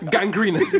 Gangrene